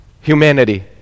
humanity